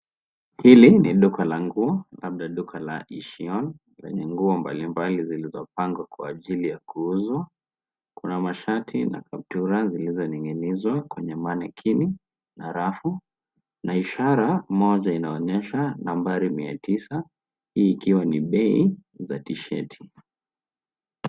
Hili ni duka la nguo labda duka la ishon lenye nguo mbali mbali zilizo pangwa kwa ajili ya kuuzwa. Kuna mashati na kaptura zilizo ning'inizwa kwenye manekini na rafu na ishara moja inaonyesha nambari Mia tisa hii ikiwa ni bei za tishati.